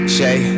Shay